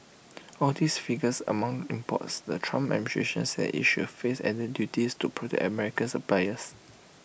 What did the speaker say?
all of these figures among imports the Trump administration says IT should face added duties to protect American suppliers